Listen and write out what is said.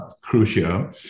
crucial